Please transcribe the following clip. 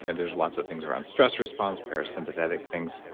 and there's lots of things around stress response, parasympathetic things.